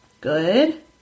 good